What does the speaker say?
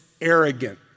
arrogant